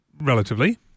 relatively